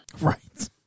Right